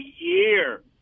year